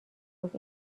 گفت